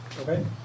Okay